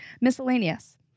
miscellaneous